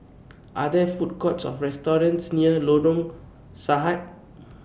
Are There Food Courts Or restaurants near Lorong Sarhad